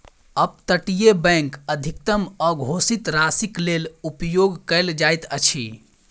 up तटीय bank अधिकतम अघोषित राशिक लेल उपयोग कयल जाइत अछि